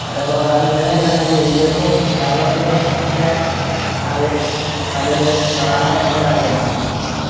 അതേപോലെ അത് നിലനിൽക്കണമെങ്കിൽ ഇന്ത്യക്കും കേരളത്തിനും ഒക്കെ അത് വലിയൊരു പ്രധാനപ്പെട്ട ഒരു കാര്യമാണ്